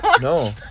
No